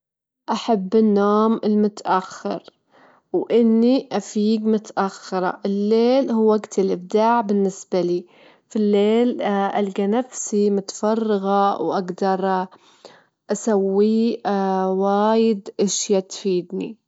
اللعبة المفضلة لي، إهي لعبة الشطرنج، أحب إن هاي اللعبة تحتاج لتفكير عميق، وتحتاي للتحليل وكل حركة فيها تحدي عقلي، أحب الأشيا اللي تنمي الذكاء وتستخدم العقل وتشغله، حتى الشخص يجدر ينمي من عقله.